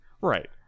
Right